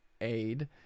aid